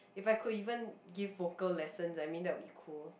if I could even give vocal lessons I mean that would be cool